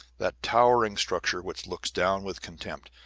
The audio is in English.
that towering structure which looks down with contempt,